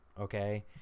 okay